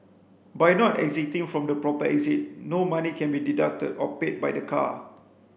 by not exiting from the proper exit no money can be deducted or paid by the car